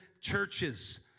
churches